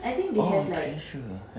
oh pretty sure ah